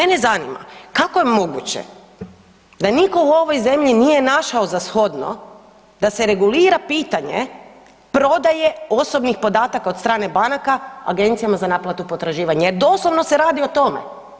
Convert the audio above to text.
Mene zanima kako je moguće da nitko u ovoj zemlji nije našao za shodno da se regulira pitanje prodaje osobnih podataka od strane banaka agencijama za naplatu potraživanja jer doslovno se radi o tome.